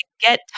get